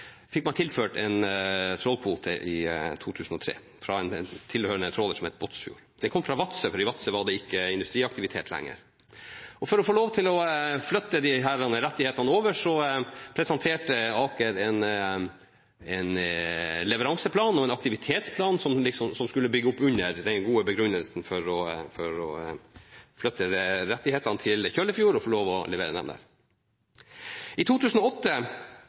fikk man tilført en trålkvote i 2003 tilhørende en tråler som het «Båtsfjord». Den kom fra Vadsø, for i Vadsø var det ikke industriaktivitet lenger. For å få lov til å flytte disse rettighetene over, presenterte Aker en leveranseplan og en aktivitetsplan som skulle bygge opp under den gode begrunnelsen for å flytte rettighetene til Kjøllefjord og få lov til å levere der. I 2008